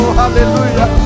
hallelujah